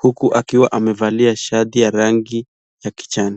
huku akiwa amevalia shati ya rangi ya kijani.